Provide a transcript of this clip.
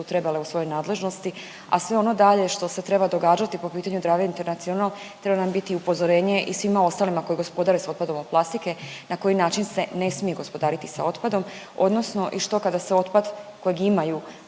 trebale u svojoj nadležnosti, a sve ono dalje što se treba događati po pitanju Drave international treba nam biti i upozorenje svima ostalima koji gospodare sa otpadom od plastike na koji način se ne smije gospodariti sa otpadom, odnosno i što kada se otpad kojeg imaju